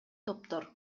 топтор